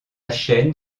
chaîne